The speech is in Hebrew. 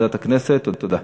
לוועדת הכנסת נתקבלה.